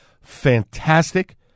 fantastic